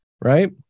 right